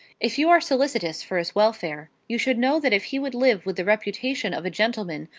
if you are solicitous for his welfare, you should know that if he would live with the reputation of a gentleman,